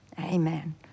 Amen